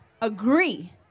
agree